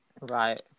Right